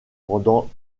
pendant